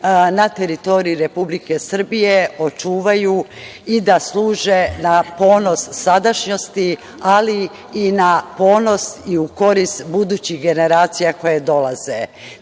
na teritoriji Republike Srbije očuvaju i da služe na ponos sadašnjosti, ali i na ponos i u korist budućih generacija koje dolaze. Takođe,